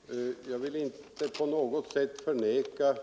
Nr 129 Fru talman! Jag vill inte på något sätt förneka